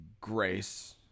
grace